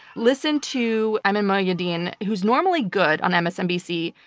listen to ayman mohyeldin, who's normally good on msnbc.